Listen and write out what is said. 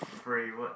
favorite